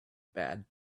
bad